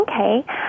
Okay